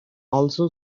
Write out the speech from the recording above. also